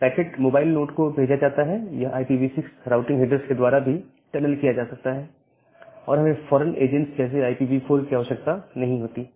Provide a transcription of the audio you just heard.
packet mobile node को भेजा जाता है यह IPv6 राउटिंग हेडर्स के द्वारा भी टनल किया जा सकता है और हमें फॉरेन एजेंट्स जैसे IPv4 की आवश्यकता नहीं होती है